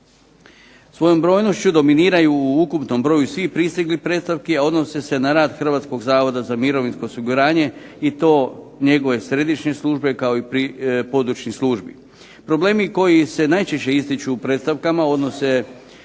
Svojom brojnošću dominiraju u ukupnom broju svih pristiglih predstavki, a odnose se na rad Hrvatskog zavoda za mirovinsko osiguranje i to njegove središnje službe kao i područnih službi. Problemi koji se najčešće ističu u predstavkama odnose